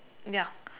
ya